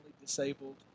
disabled